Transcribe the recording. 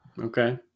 Okay